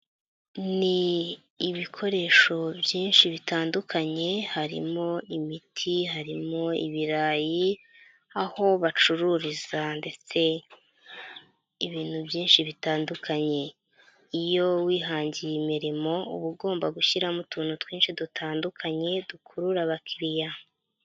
Ni ibikoresho byinshi bitandukanye, harimo imiti, harimo ibirayi, aho bacururiza ndetse ibintu byinshi bitandukanye. Iyo wihangiye imirimo uba ugomba gushyiramo utuntu twinshi dutandukanye, dukurura abakiriya.